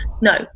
No